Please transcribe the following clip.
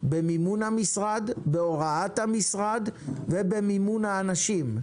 במימון המשרד, בהוראת המשרד ובמימון האנשים,